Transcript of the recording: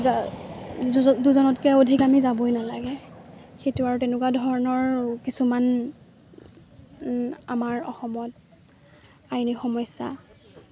দুজনতকৈ অধিক আমি যাবই নালাগে সেইটো আৰু তেনেকুৱা ধৰণৰ কিছুমান আমাৰ অসমত আইনী সমস্যা